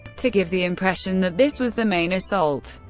to give the impression that this was the main assault,